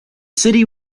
city